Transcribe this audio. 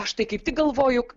aš tai kaip tik galvoju